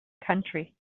country